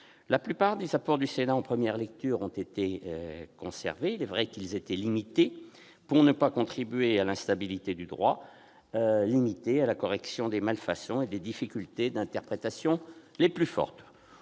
La plupart des apports du Sénat en première lecture ont été conservés ; il est vrai que, pour ne pas contribuer à l'instabilité du droit, ils étaient limités à la correction des malfaçons et des difficultés d'interprétation les plus fortes.